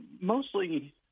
mostly